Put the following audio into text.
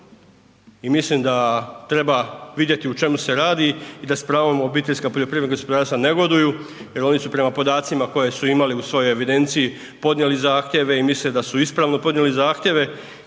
i mislim da treba vidjeti o čemu se radi i da s pravom OPG-ovi negoduju jel oni su prema podacima koja su imali u svojoj evidenciji podnijeli zahtjeve i misle da su ispravno podnijeli zahtjeve